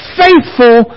faithful